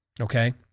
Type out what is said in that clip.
okay